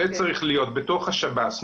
זה צריך להיות בתוך השב"ס.